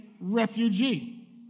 refugee